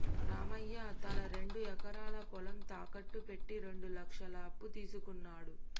రామయ్య తన రెండు ఎకరాల పొలం తాకట్టు పెట్టి రెండు లక్షల అప్పు తీసుకున్నడు